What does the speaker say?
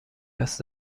است